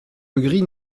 legris